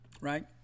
Right